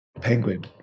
Penguin